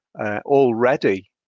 already